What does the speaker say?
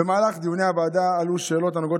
במהלך דיוני הוועדה עלו שאלות הנוגעות